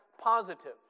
positive